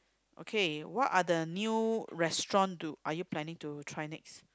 okay what are the new restaurant do are you planning to try next